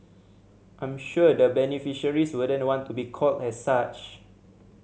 I'm sure the beneficiaries wouldn't want to be called as such